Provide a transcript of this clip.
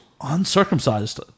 Uncircumcised